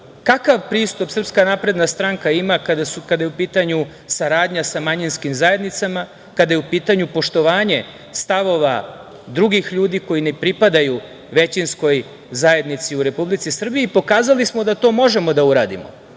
kakav pristup SNS ima kada je u pitanju saradnja sa manjinskim zajednicama, kada je u pitanju poštovanje stavova drugih ljudi koji ne pripadaju većinskoj zajednici u Republici Srbiji. Pokazali smo da to možemo da uradimo